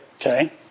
Okay